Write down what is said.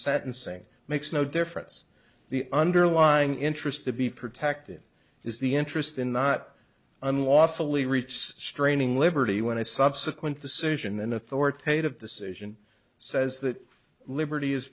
sentencing makes no difference the underlying interest to be protected is the interest in not unlawfully reach straining liberty when i subsequent decision an authoritative decision says that liberty is